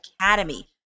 Academy